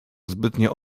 zbytnio